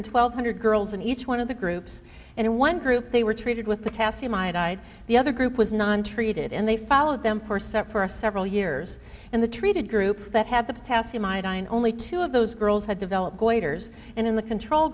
and twelve hundred girls in each one of the groups and in one group they were treated with potassium iodide the other group was non treated and they followed them for set for several years and the treated group that had the potassium iodine only two of those girls had developed oysters and in the control